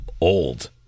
old